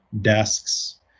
desks